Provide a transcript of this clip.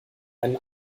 einen